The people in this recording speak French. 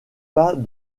pas